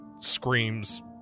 screams